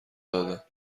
دادند